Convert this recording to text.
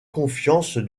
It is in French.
confiance